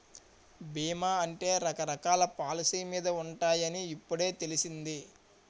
బీమా అంటే రకరకాల పాలసీ మీద ఉంటాయని ఇప్పుడే తెలిసింది